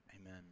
amen